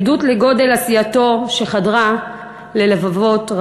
עדות לגודל עשייתו שחדרה ללבבות רבים.